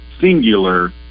singular